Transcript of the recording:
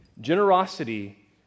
Generosity